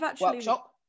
Workshop